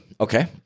Okay